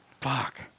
Fuck